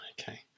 Okay